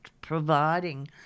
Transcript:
providing